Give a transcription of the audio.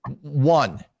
one